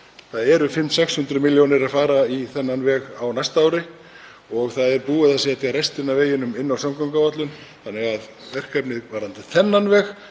Það fara 500–600 millj. kr. í þennan veg á næsta ári og það er búið að setja restina af veginum inn á samgönguáætlun þannig að verkefnið varðandi þennan veg